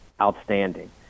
outstanding